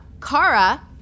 Kara